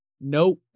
Nope